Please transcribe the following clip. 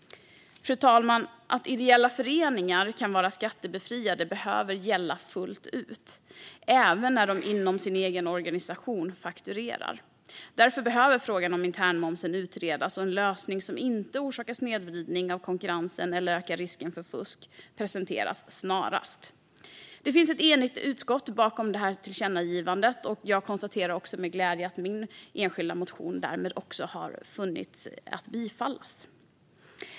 Fru talman! Att ideella föreningar kan vara skattebefriade behöver gälla fullt ut, även när de inom sin egen organisation fakturerar. Därför behöver frågan om internmomsen utredas och en lösning som inte orsakar snedvridning av konkurrensen eller ökar risken för fusk presenteras snarast. Det finns ett enigt utskott bakom detta tillkännagivande, och jag konstaterar med glädje att min enskilda motion därmed har bifallits.